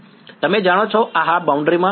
વિદ્યાર્થી તમે જાણો છો હા બાઉન્ડ્રી માં